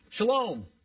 Shalom